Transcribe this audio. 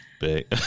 big